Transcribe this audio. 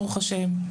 ברוך השם,